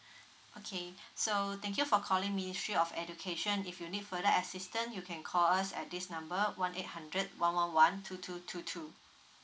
okay so thank you for calling ministry of education if you need further assistant you can call us at this number one eight hundred one one one two two two two